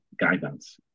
guidance